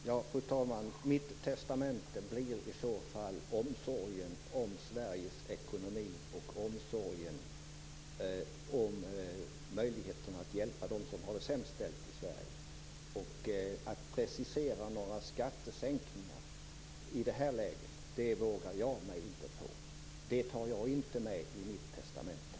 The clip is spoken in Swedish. Fru talman! Mitt testamente blir i så fall omsorgen om Sveriges ekonomi och möjligheten att hjälpa dem som har det sämst ställt i Sverige. Att precisera några skattesänkningar i det här läget vågar jag mig inte på. Det tar jag inte med i mitt testamente.